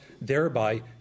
thereby